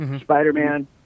Spider-Man